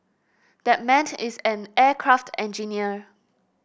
that man is an aircraft engineer